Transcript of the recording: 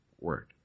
word